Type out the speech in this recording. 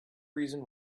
reason